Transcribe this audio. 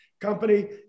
company